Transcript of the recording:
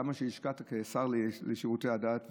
כמה שהשקעת כשר לשירותי הדת,